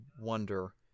wonder